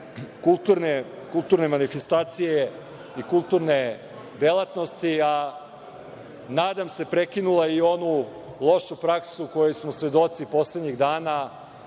kulturne manifestacije i kulturne delatnosti, a nadam se prekinula je i onu lošu praksu kojoj smo svedoci poslednjih dana,